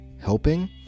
helping